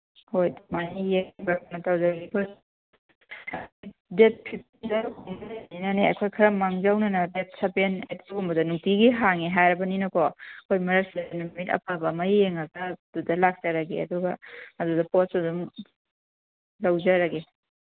ꯍꯣꯏ ꯑꯗꯨꯃꯥꯏꯅ ꯗꯦꯠ ꯑꯩꯈꯣꯏ ꯈꯔ ꯃꯥꯡꯖꯧꯅꯅ ꯗꯦꯠ ꯁꯕꯦꯟ ꯑꯗꯨꯒꯨꯝꯕꯗ ꯅꯨꯡꯇꯤꯒꯤ ꯍꯥꯡꯉꯦ ꯍꯥꯏꯔꯕꯅꯤꯅꯀꯣ ꯍꯣꯏ ꯃꯔꯛꯁꯤꯗ ꯅꯨꯃꯤꯠ ꯑꯐꯕ ꯑꯃ ꯌꯦꯡꯉꯒ ꯑꯗꯨꯗ ꯂꯥꯛꯆꯔꯒꯦ ꯑꯗꯨꯒ ꯑꯗꯨꯒ ꯄꯣꯠꯁꯨ ꯑꯗꯨꯝ ꯂꯧꯖꯔꯒꯦ